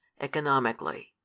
economically